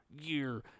year